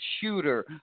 shooter